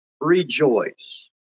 rejoice